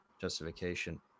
justification